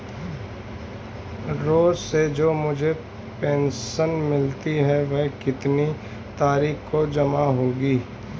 रोज़ से जो मुझे पेंशन मिलती है वह कितनी तारीख को जमा होगी?